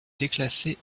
déclassée